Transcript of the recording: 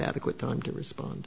adequate time to respond